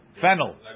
Fennel